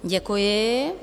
Děkuji.